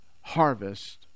harvest